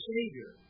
Savior